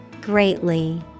Greatly